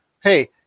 Hey